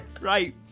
Right